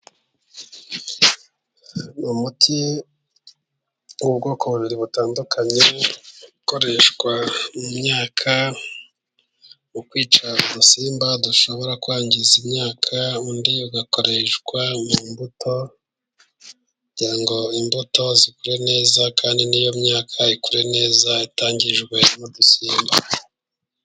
Ni umuti w'ubwoko bubiri butandukanye, ukoreshwa mu myaka mu kwica udusimba dushobora kwangiza imyaka, undi ugakoreshwa mu mbuto kugira ngo imbuto zikure neza ,kandi niyo myaka ikure neza itangijwe n'udusimba.